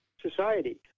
society